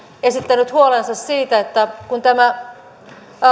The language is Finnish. esittänyt huolensa siitä että kun tämä